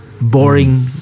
Boring